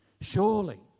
surely